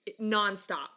nonstop